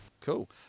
cool